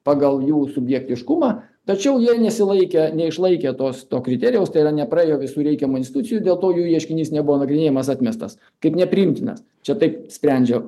pagal jų subjektiškumą tačiau jie nesilaikė neišlaikė tos to kriterijaus tai yra nepraėjo visų reikiamų institucijų dėl to jų ieškinys nebuvo nagrinėjamas atmestas kaip nepriimtinas čia taip sprendžia